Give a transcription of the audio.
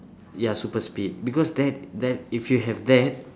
ya super speed because that that if you have that